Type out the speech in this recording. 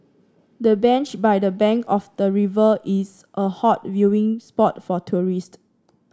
the bench by the bank of the river is a hot viewing spot for tourist